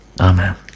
Amen